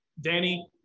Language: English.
Danny